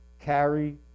carry